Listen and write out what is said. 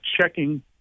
checking